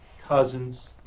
Cousins